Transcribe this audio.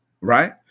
Right